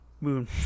moon